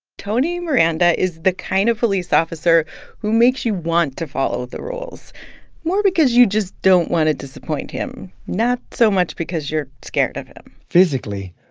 tony miranda is the kind of police officer who makes you want to follow the rules more because you just don't want to disappoint him, not so much because you're scared of him physically,